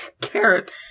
Carrot